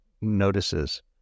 notices